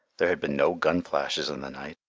there had been no gun-flashes in the night,